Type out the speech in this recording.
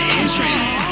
entrance